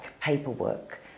paperwork